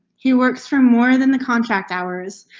he works from more than the contract hours.